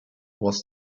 was